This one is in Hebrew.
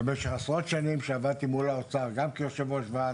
במשך עשרות שנים שעבדתי מול משרד האוצר גם כיושב ראש וועד